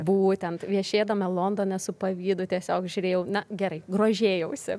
būtent viešėdama londone su pavydu tiesiog žiūrėjau na gerai grožėjausi